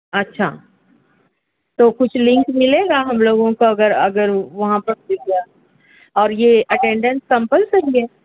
اچھا تو کچھ لنک مِلے گا ہم لوگوں کو اگر اگر وہاں پر اور یہ اٹینڈینس کمپلسری ہے